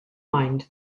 mind